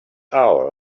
hour